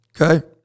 Okay